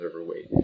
overweight